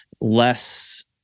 less